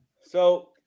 So-